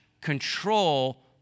control